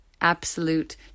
absolute